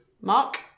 Mark